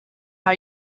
how